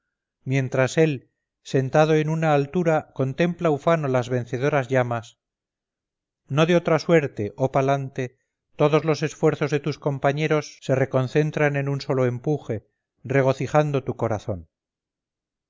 mientras él sentado en una altura contempla ufano las vencedoras llamas no de otra suerte oh palante todos los esfuerzos de tus compañeros se reconcentran en un solo empuje regocijando tu corazón